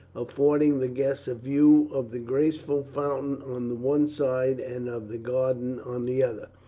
affording the guests a view of the graceful fountain on the one side and of the garden on the other.